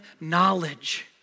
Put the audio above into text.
knowledge